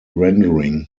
rendering